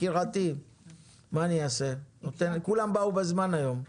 כולם הגיעו בזמן היום,